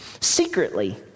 secretly